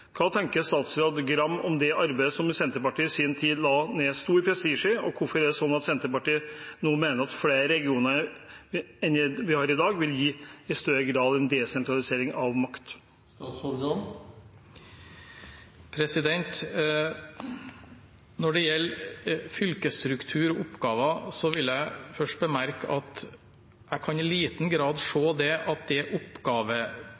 Hva tenker statsråd Gram om det arbeidet som Senterpartiet i sin tid la ned stor prestisje i, og hvorfor er det sånn at Senterpartiet nå mener at flere regioner enn det vi har i dag, i større grad vil gi en desentralisering av makt? Når det gjelder fylkesstruktur og oppgaver, vil jeg først bemerke at jeg i liten grad